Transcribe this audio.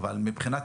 מבחינת